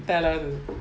tak tahu